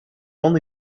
only